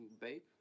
Babe